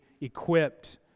equipped